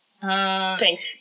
Thanks